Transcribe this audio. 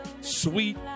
sweet